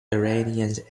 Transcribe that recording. iranians